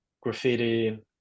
graffiti